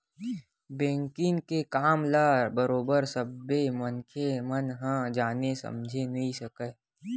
banking के काम ल बरोबर सब्बे मनखे मन ह जाने समझे नइ सकय